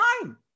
time